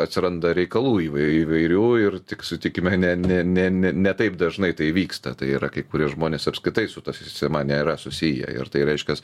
atsiranda reikalų įvairių ir tik sutikime ne ne ne ne ne taip dažnai tai įvyksta tai yra kai kurie žmonės apskritai su ta sistema nėra susiję ir tai reiškias